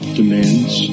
demands